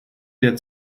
der